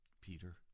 Peter